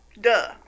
Duh